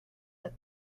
the